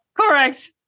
Correct